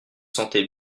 sentez